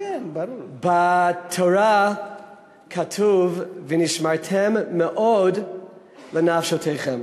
בתורה כתוב: "ונשמרתם מאד לנפשֹתיכם".